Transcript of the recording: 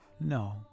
No